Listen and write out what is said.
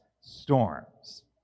storms